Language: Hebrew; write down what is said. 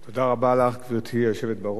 גברתי היושבת בראש,